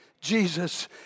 Jesus